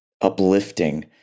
uplifting